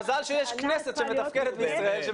מזל שיש כנסת שמתפקדת בישראל.